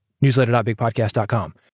newsletter.bigpodcast.com